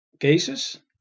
cases